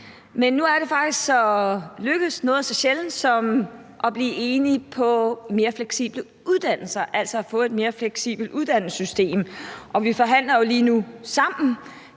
Men nu er vi faktisk lykkedes med noget så sjældent som at blive enige om mere fleksible uddannelser, altså at få et mere fleksibelt uddannelsessystem. Vi forhandler jo lige nu sammen